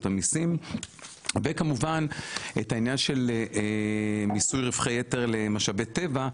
המיסים וכמובן את העניין של מיסוי רווחי יתר למשאבי טבע,